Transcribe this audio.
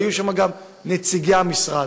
היו שם גם נציגי המשרד.